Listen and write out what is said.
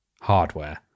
hardware